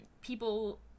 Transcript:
people